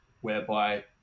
whereby